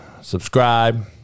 Subscribe